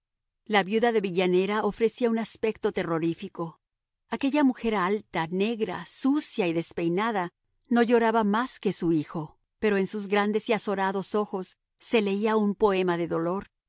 la viuda de villanera ofrecía un aspecto terrorífico aquella mujer alta negra sucia y despeinada no lloraba más que su hijo pero en sus grandes y azorados ojos se leía un poema de dolor